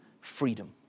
freedom